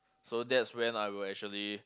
so that's when I will actually